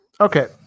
Okay